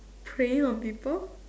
preying on people